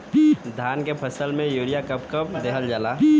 धान के फसल में यूरिया कब कब दहल जाला?